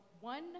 one